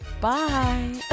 Bye